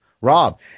Rob